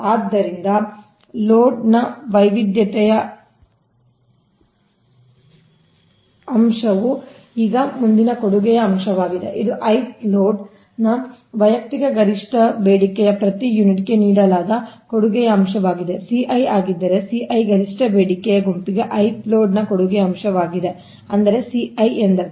ಆದ್ದರಿಂದ ಇದು ಲೋಡ್ ವೈವಿಧ್ಯತೆಯು ಈಗ ಮುಂದಿನ ಕೊಡುಗೆ ಅಂಶವಾಗಿದೆ ಇದು i th ಲೋಡ್ನ ವೈಯಕ್ತಿಕ ಗರಿಷ್ಠ ಬೇಡಿಕೆಯ ಪ್ರತಿ ಯೂನಿಟ್ಗೆ ನೀಡಲಾದ ಕೊಡುಗೆ ಅಂಶವಾಗಿದೆ Ci ಆಗಿದ್ದರೆ Ci ಗರಿಷ್ಠ ಬೇಡಿಕೆಯ ಗುಂಪಿಗೆ i th ಲೋಡ್ ನ ಕೊಡುಗೆ ಅಂಶವಾಗಿದೆ ಅಂದರೆ Ci ಎಂದರ್ಥ